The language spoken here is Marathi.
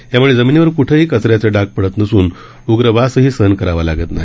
यामुळे जमिनीवर क्ठेही कचऱ्याचे शाग पश्त नसून उग्ग वासही सहन करावा लागत नाही